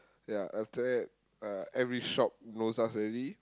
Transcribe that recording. yeah after that uh every shop knows us already